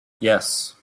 yes